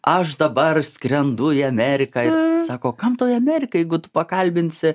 aš dabar skrendu į ameriką sako kam tau į ameriką jeigu tu pakalbinsi